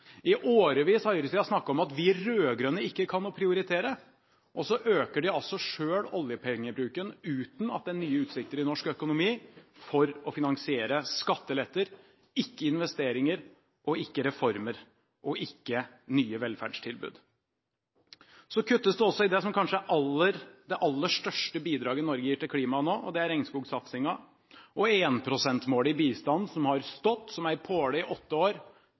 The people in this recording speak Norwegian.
I årevis har høyresiden snakket om at vi rød-grønne ikke kan prioritere, og så øker de selv oljepengebruken, uten at det er nye utsikter i norsk økonomi for å finansiere skatteletter – ikke investeringer, reformer og nye velferdstilbud. Det kuttes også i det som kanskje er det aller største bidraget Norge gir i klimakampen, nemlig regnskogsatsingen. Og 1 pst. -målet i bistand, som har stått som en påle i åtte år,